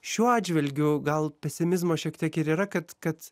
šiuo atžvilgiu gal pesimizmo šiek tiek ir yra kad kad